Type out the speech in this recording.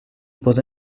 poda